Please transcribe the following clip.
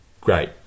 great